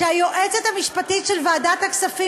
כשהיועצת המשפטית של ועדת הכספים,